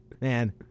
Man